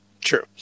true